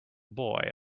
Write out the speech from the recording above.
boy